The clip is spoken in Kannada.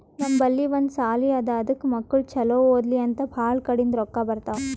ನಮ್ ಬಲ್ಲಿ ಒಂದ್ ಸಾಲಿ ಅದಾ ಅದಕ್ ಮಕ್ಕುಳ್ ಛಲೋ ಓದ್ಲಿ ಅಂತ್ ಭಾಳ ಕಡಿಂದ್ ರೊಕ್ಕಾ ಬರ್ತಾವ್